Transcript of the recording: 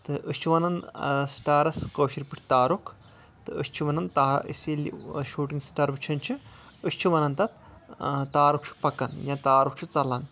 تہٕ أسۍ چھِ وَنان سِٹارَس کٲشِر پٲٹھۍ تارُک تہٕ أسۍ چھِ وَنان تا اسی لیے شوٗٹنٛگ سِٹار وٕچھان چھِ أسۍ چھِ وَنان تَتھ تارُک چھُ پَکان یا تَرُک چھُ ژَلان